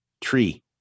Tree